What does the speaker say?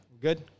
Good